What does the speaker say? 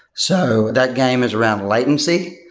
so that game is around latency,